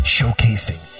Showcasing